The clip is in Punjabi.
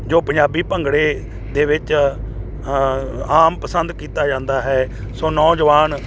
ਜੋ ਪੰਜਾਬੀ ਭੰਗੜੇ ਦੇ ਵਿੱਚ ਆਮ ਪਸੰਦ ਕੀਤਾ ਜਾਂਦਾ ਹੈ ਸੋ ਨੌਜਵਾਨ